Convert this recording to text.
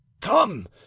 come